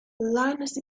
linus